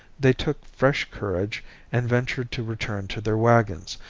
they took fresh courage and ventured to return to their wagons,